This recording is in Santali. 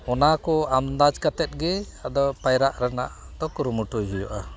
ᱚᱱᱟᱠᱚ ᱟᱢᱫᱟᱡᱽ ᱠᱟᱛᱮ ᱜᱮ ᱟᱫᱚ ᱯᱟᱭᱨᱟᱜ ᱨᱮᱱᱟᱜ ᱫᱚ ᱠᱩᱨᱩᱢᱩᱴᱩᱭ ᱦᱩᱭᱩᱜᱼᱟ